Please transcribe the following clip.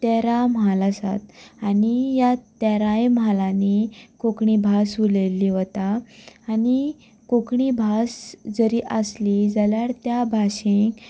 तेरा म्हाल आसात आनी ह्या तेराय म्हालांनी कोंकणी भास उलयल्ली वता आनी कोंकणी भास जरी आसली जाल्यार त्या भाशेक